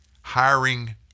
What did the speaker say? hiring